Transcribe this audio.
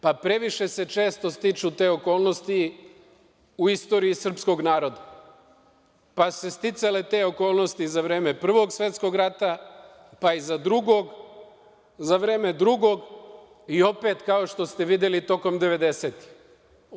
Previše se često stiču te okolnosti u istoriji srpskog naroda, pa su se sticale te okolnosti za vreme Prvog svetskog rata, pa i za vreme Drugog i opet, kao što ste videli, tokom 90-ih.